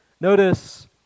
Notice